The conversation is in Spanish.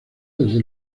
desde